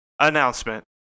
announcement